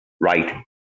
right